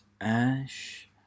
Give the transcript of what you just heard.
Ash